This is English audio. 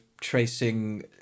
tracing